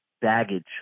Baggage